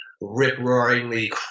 rip-roaringly